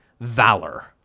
valor